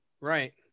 right